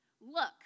Look